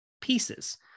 pieces